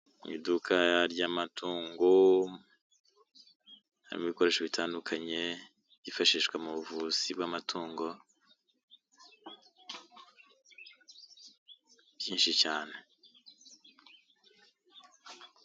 Mu iduka ry'amatungo, harimo ibikoresho, bitandukanye, byifashishwa bw'amatungo, byinshi cyane.